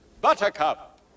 Buttercup